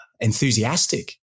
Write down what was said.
Enthusiastic